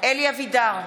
אלי אבידר,